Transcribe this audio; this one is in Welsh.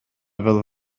fel